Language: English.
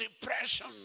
depression